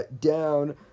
down